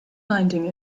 finding